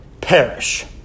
perish